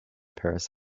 parris